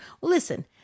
Listen